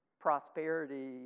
prosperity